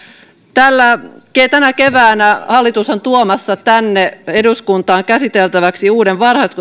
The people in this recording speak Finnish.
tänä keväänä hallitus on tuomassa tänne eduskuntaan käsiteltäväksi uuden